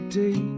day